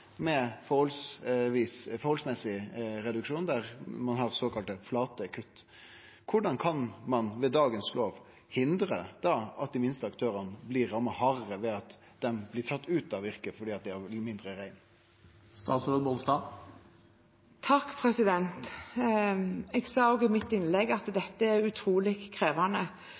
med ein forholdsmessig reduksjon, der ein har såkalla flate kutt. Korleis kan ein med dagens lov hindre at dei minste aktørane blir ramma hardare – at dei blir tatt ut av yrket fordi dei har mindre rein? Jeg sa også i mitt innlegg at dette er